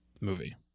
movie